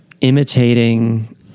imitating